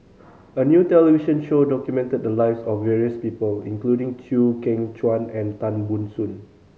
a new television show documented the lives of various people including Chew Kheng Chuan and Tan Ban Soon